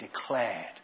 declared